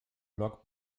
blog